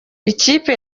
ikipe